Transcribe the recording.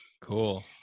Cool